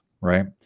right